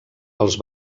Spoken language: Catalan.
els